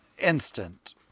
instant